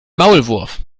maulwurf